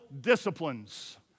disciplines